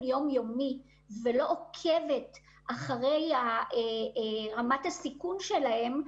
יום יומי ולא עוקבת אחרי רמת הסיכון שלהם,